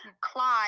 clyde